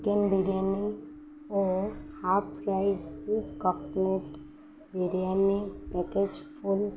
chicken biryani ଓ half rice cutlet biryani package ଫୁଲ୍